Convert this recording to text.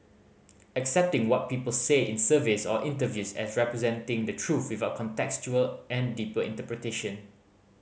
accepting what people say in surveys or interviews as representing the truth without contextual and deeper interpretation